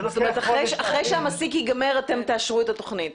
זאת אומרת אחרי שהמסיק ייגמר אתם תאשרו את התוכנית.